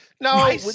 No